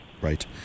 Right